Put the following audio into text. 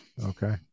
Okay